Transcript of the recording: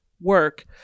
work